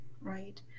right